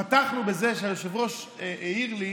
פתחנו בזה שהיושב-ראש העיר לי